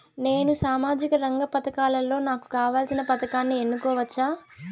నేను సామాజిక రంగ పథకాలలో నాకు కావాల్సిన పథకాన్ని ఎన్నుకోవచ్చా?